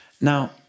Now